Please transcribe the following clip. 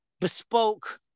bespoke